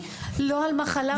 לא על מה חלם בדרך.